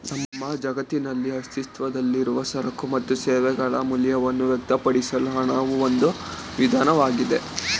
ನಮ್ಮ ಜಗತ್ತಿನಲ್ಲಿ ಅಸ್ತಿತ್ವದಲ್ಲಿರುವ ಸರಕು ಮತ್ತು ಸೇವೆಗಳ ಮೌಲ್ಯವನ್ನ ವ್ಯಕ್ತಪಡಿಸಲು ಹಣವು ಒಂದು ವಿಧಾನವಾಗಿದೆ